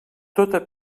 tota